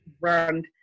brand